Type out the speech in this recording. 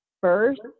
first